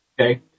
Okay